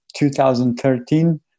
2013